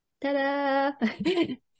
Ta-da